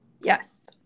Yes